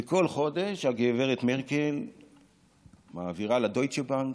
וכל חודש הגב' מרקל מעבירה לדויטשה בנק,